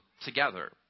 together